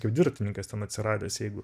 kaip dviratininkas ten atsiradęs jeigu